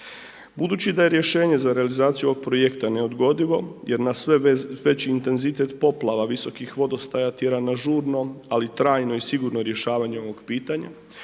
Budući da je rješenje za realizaciju ovog projekta neodgodivo jer nas veći intenzitet poplava visokih vodostaja tjera na žurno ali i trajno i sigurno rješavanje ovog pitanja